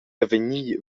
avegnir